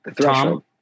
Tom